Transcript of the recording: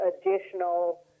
additional